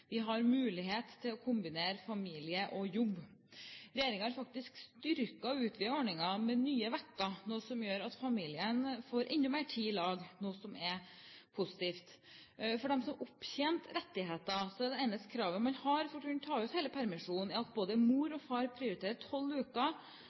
Vi har mulighet til å kombinere familie og jobb. Regjeringen har faktisk styrket og utvidet ordningen med nye uker. Dette gjør at familien får enda mer tid i lag – noe som er positivt. For dem som har opptjent rettigheter, er det eneste kravet for å kunne ta ut hele permisjonen at både mor